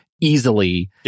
easily